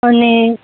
અને